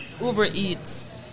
uber-eats